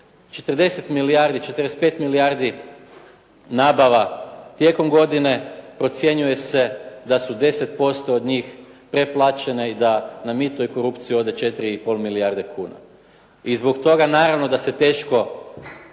40 milijardi, 45 milijardi nabava tijekom godine procjenjuje se da su 10% od njih preplaćene i da na mito i korupciju od 4 i pol milijarde kuna. I zbog toga naravno da se teško